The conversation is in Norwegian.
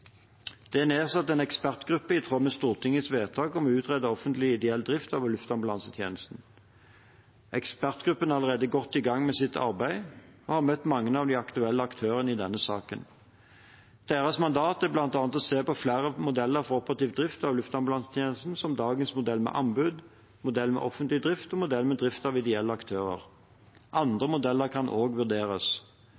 Det er nedsatt en ekspertgruppe i tråd med Stortingets vedtak om å utrede offentlig/ideell drift av luftambulansetjenesten. Ekspertgruppen er allerede godt i gang med sitt arbeid og har møtt mange av de aktuelle aktørene i denne saken. Deres mandat er bl.a. å se på flere modeller for operativ drift av luftambulansetjenesten, som dagens modell med anbud, modell med offentlig drift og modell med drift av ideelle aktører.